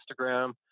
instagram